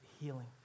healing